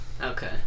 okay